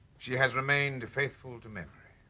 she has remained faithful to memory.